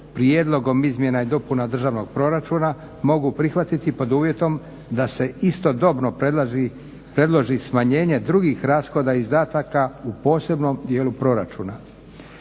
prijedlogom izmjena i dopuna državnog proračuna mogu prihvatiti pod uvjetom da se istodobno predloži smanjenje drugih rashoda izdataka u posebnom dijelu proračuna.